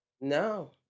No